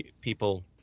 people